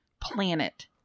planet